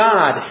God